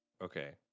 Okay